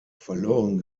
verloren